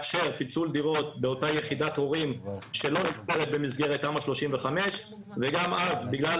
פיצול דירות באותה יחידת הורים שלא נספרת במסגרת תמ"א 35. וגם אז בגלל